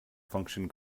function